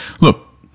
look